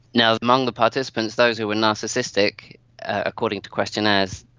now, among the participants, those who were narcissistic according to questionnaires,